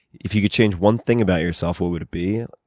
if you could change one thing about yourself, what would it be?